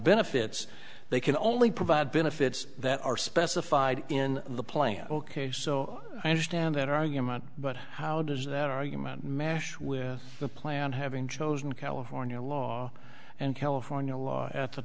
benefits they can only provide benefits that are specified in the plan ok so i understand that argument but how does that argument mash with the plan having chosen california law and california law at the